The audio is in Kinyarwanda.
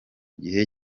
gihe